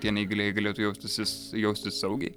tie neįgalieji galėtų jaustis jaustis saugiai